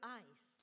eyes